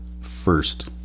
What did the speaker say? first